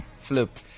Flip